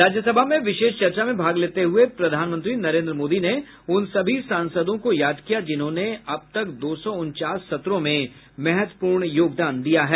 राज्य सभा में विशेष चर्चा में भाग लेते हुए प्रधानमंत्री नरेन्द्र मोदी ने उन सभी सांसदों को याद किया जिन्होंने अब तक दो सौ उनचास सत्रों में महत्वपूर्ण योगदान किया है